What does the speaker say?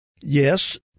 Yes